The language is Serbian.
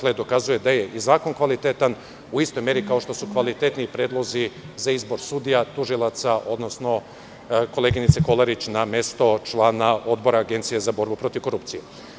Sve to dokazuje da je zakon kvalitetan, u istoj meri kao što su kvalitetni i predlozi za izbor sudija, tužilaca, odnosno koleginice Kolarić na mesto člana Odbora Agencije za borbu protiv korupcije.